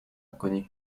inconnu